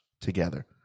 together